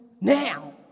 now